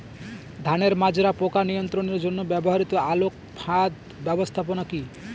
ধানের মাজরা পোকা নিয়ন্ত্রণের জন্য ব্যবহৃত আলোক ফাঁদ ব্যবস্থাপনা কি?